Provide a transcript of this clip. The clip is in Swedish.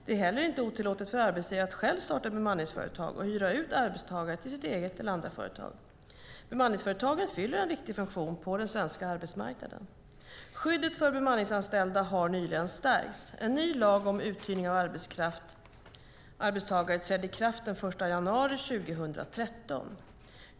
Det är heller inte otillåtet för arbetsgivare att själv starta bemanningsföretag och hyra ut arbetstagare till sitt eget eller andras företag. Bemanningsföretagen fyller en viktig funktion på den svenska arbetsmarknaden. Skyddet för bemanningsanställda har nyligen stärkts. En ny lag om uthyrning av arbetstagare trädde i kraft den 1 januari 2013.